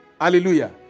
Hallelujah